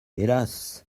hélas